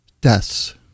deaths